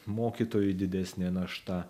mokytojui didesnė našta